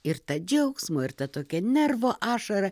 ir ta džiaugsmo ir ta tokia nervo ašara